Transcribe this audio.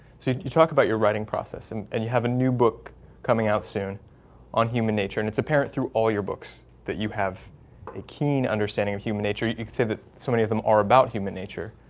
you talk about your writing process and and you have a new book coming out soon on human nature and it's a parent through all your books that you have a keen understanding of human nature you you could say that so many of them are about human nature.